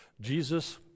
Jesus